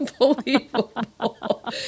unbelievable